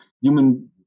human